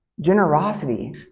generosity